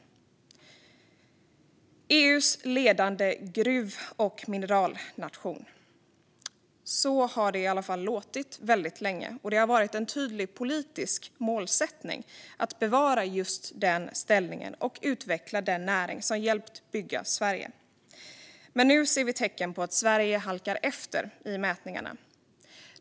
Sverige är EU:s ledande gruv och mineralnation - så har det i alla fall låtit länge. Det har också varit en tydlig politisk målsättning att bevara den ställningen och att utveckla den näring som har hjälpt till att bygga Sverige. Men nu ser vi tecken på att Sverige halkar efter i mätningarna.